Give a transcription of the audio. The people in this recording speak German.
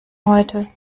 heute